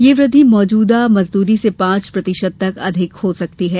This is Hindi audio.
यह वृद्धि मौजूदा मजदूरी से पांच प्रतिशत तक अधिक हो सकती है